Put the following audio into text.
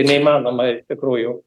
neįmanoma iš tikrųjų